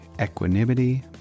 equanimity